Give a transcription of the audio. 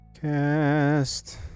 Cast